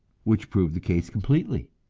which proved the case completely.